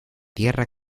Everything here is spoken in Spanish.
tierra